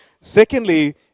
Secondly